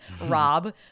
rob